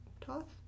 Toth